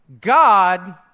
God